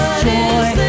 joy